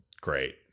great